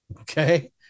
Okay